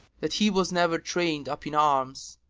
that he was never trained up in arms.